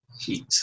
heat